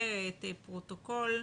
ומפורסם הפרוטוקול,